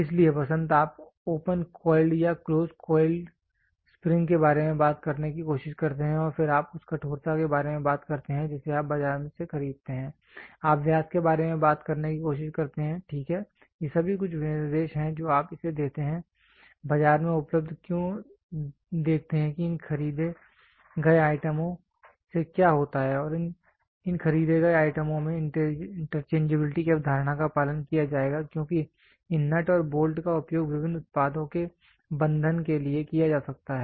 इसलिए वसंत आप ओपन कॉइल्ड या क्लोज कॉइल्ड स्प्रिंग के बारे में बात करने की कोशिश करते हैं और फिर आप उस कठोरता के बारे में बात करते हैं जिसे आप बाजार से खरीदते हैं आप व्यास के बारे में बात करने की कोशिश करते हैं ठीक है ये सभी कुछ विनिर्देश हैं जो आप इसे देते हैं बाजार में उपलब्ध क्यों देखते हैं कि इन खरीदे गए आइटमों से क्या होता है इन खरीदे गए आइटमों में इंटरचेंजबिलिटी की अवधारणा का पालन किया जाएगा क्योंकि इन नट और बोल्ट का उपयोग विभिन्न उत्पादों के बन्धन के लिए किया जा सकता है